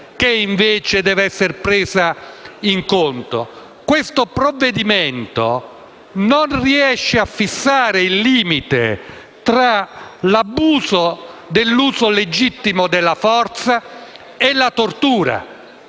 che, invece, deve essere tenuta in conto. Questo provvedimento non riesce a fissare il limite tra l'abuso dell'uso legittimo della forza e la tortura.